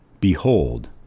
Behold